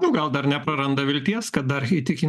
nu gal dar nepraranda vilties kad dar įtikint